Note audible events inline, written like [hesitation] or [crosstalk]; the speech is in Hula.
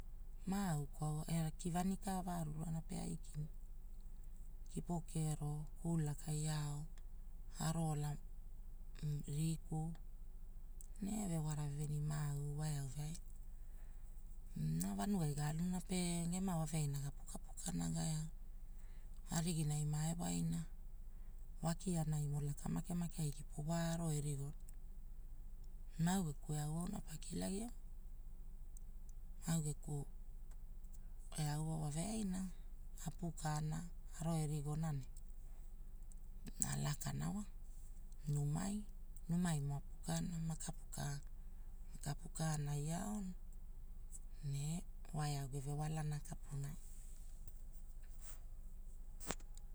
Maau kwaua era kivani ka ovaa ruruana pe aikia, kipo kere kulakai ao, avo ola, [hesitation] riku, ne vewaraveni mauu wa eau veaira. [hesitation] Ina vanugai galuna pe gema wave aina gapuka pukana, ariginai mae wai na, wakianaime makemake ikipu avo evigona. Na ekweau onopagilaia, aueku, eaueveaina, apukana, aroerigonana, na lakanawa. Numai- emo ganu mukapuka anaia, ne waeu [unintelligible] kapunai. [noise]